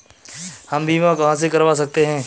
हम बीमा कहां से करवा सकते हैं?